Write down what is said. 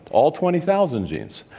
all twenty thousand genes?